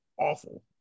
awful